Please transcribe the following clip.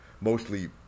mostly